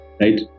right